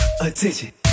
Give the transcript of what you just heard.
attention